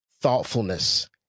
thoughtfulness